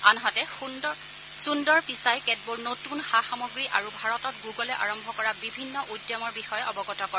আনহাতে সূন্দৰ পিচাই কেতবোৰ নতুন সা সামগ্ৰী আৰু ভাৰতত গুগুলে আৰম্ভ কৰা বিভিন্ন উদ্যমৰ বিষয়ে অৱগত কৰে